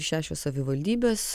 šešios savivaldybės